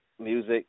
Music